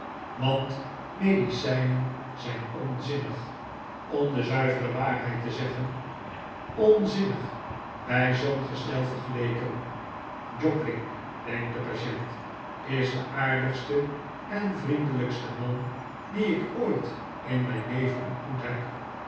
want medicijnen zijn onzinnig oin de zuivere waarheid te zeggen onzinnig bij zoo'n gestel vergeleken r jobling denkt de patient is de aardigste en vriendelijkste man dien ik ooit in mijn leven ontmoet heb